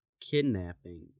kidnapping